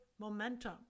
momentum